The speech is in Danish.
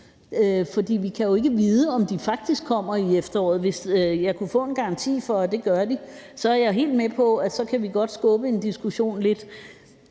for vi kan ikke vide, om der faktisk kommer noget til efteråret. Hvis jeg kunne få en garanti for, at der gør det, så er jeg helt med på, at vi godt kan skubbe en diskussion lidt,